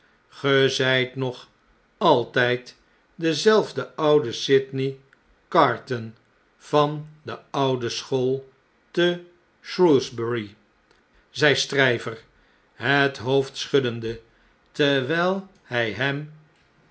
nog alth'd dezelfde oude sydney carton van de oude school te shrewsbury zei stryver het hoofd schuddende terwjjl hh hem